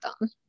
done